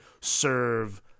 serve